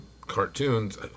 cartoons